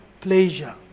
pleasure